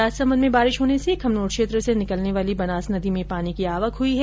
राजसमंद में बारिश होने से खमनोर क्षेत्र र्स निकलने वाली बनास नदी में पानी की आवक हुई है